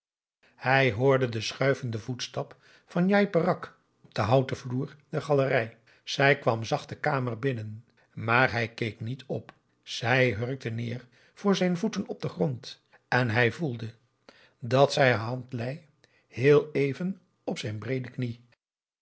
hij hoorde den schuivenden voetstap van njai peraq op de houten vloer der galerij zij kwam zacht de kamer binnen maar hij keek niet op zij hurkte neer voor zijn voeten op den grond en hij voelde dat zij haar hand lei heel even op zijn breede knie